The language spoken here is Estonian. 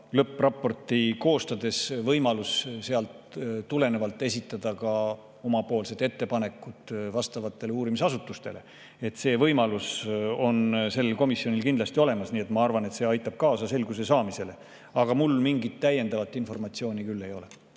lõppraportit koostades võimalus esitada oma ettepanekuid uurimisasutustele. See võimalus on sellel komisjonil kindlasti olemas, nii et ma arvan, et see aitab kaasa selguse saamisele. Aga mul mingit täiendavat informatsiooni küll ei ole.